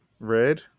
Red